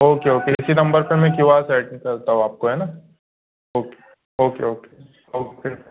okay okay इसी number पर मैं क्यू आर सेंड करता हूँ आपको है ना ओके ओके ओके